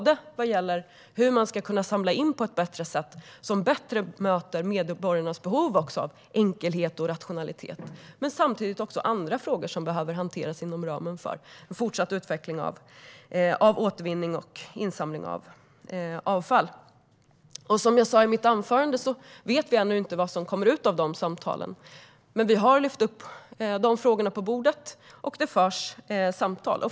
Det gäller både hur man ska kunna samla in på ett bättre sätt, som bättre möter medborgarnas behov av enkelhet och rationalitet, och andra frågor som behöver hanteras inom ramen för en fortsatt utveckling av återvinning och insamling av avfall. Som jag sa i mitt anförande vet vi ännu inte vad resultatet av dessa samtal blir. Men vi har lyft upp de frågorna på bordet, och det förs samtal.